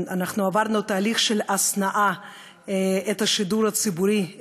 אנחנו עברנו תהליך של השנאה של השידור הציבורי,